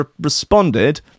responded